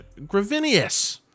Gravinius